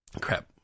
crap